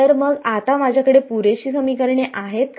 तर मग आता माझ्याकडे पुरेशी समीकरणे आहेत का